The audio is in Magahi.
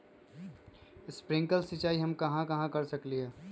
स्प्रिंकल सिंचाई हम कहाँ कहाँ कर सकली ह?